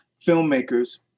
filmmakers